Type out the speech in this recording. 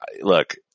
Look